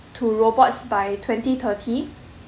to robots by twenty thirty